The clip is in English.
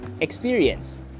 experience